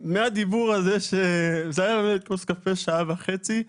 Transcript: זה היה באמת כוס קפה שעה וחצי.